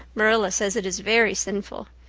marilla says it is very sinful.